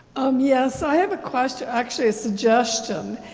um yeah so i have a question actually a suggestion.